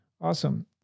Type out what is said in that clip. Awesome